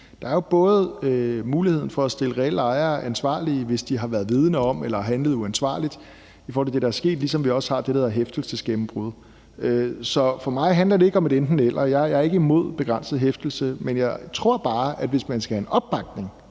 både muligheden for at stille reelle ejere til ansvar, hvis de har været vidende om eller har handlet uansvarligt i forhold til det, der er sket, ligesom vi også har det, der hedder hæftelsesgennembrud. Så for mig handler det ikke om et enten-eller. Jeg er ikke imod begrænset hæftelse, men jeg tror bare, at hvis man skal have en opbakning